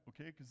okay